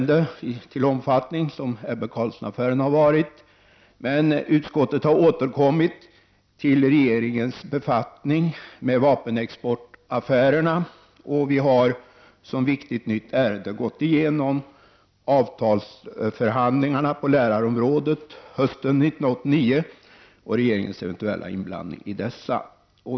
Något tillnärmelsevis så stort ärende som Ebbe Carlsson-affären finns inte denna gång. Men utskottet har återkommit till regeringens befattning med vapenexportaffärerna och har som viktigt nytt granskningsärende gått igenom avtalsförhandlingarna på lärarområdet hösten 1989 samt regeringens eventuella inblandning i dessa.